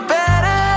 better